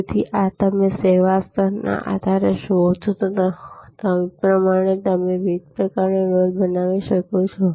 તેથી આ તમે સેવા સ્તરના આધારે જુઓ છો તે પ્રમાણે તમે વિવિધ પ્રકારની ડોલ બનાવી શકો છો